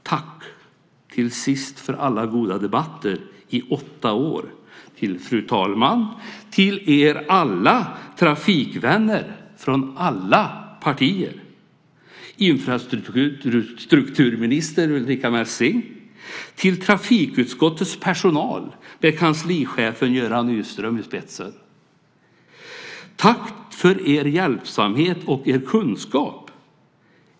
Till sist: Tack för alla goda debatter i åtta år, till fru talman, till er alla trafikvänner från alla partier, infrastrukturminister Ulrica Messing, trafikutskottets personal med kanslichefen Göran Nyström i spetsen. Tack för er hjälpsamhet och er kunskap!